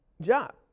job